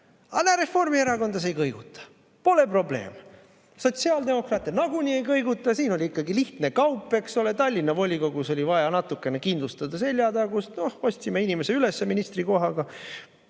näe, Reformierakonda see ei kõiguta, pole probleem. Sotsiaaldemokraate see nagunii ei kõiguta, siin oli ikkagi lihtne kaup, eks ole. Tallinna volikogus oli vaja natukene kindlustada seljatagust – noh, ostsime inimese ülesse ministrikohaga,